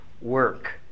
work